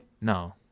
No